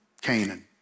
Canaan